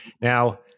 Now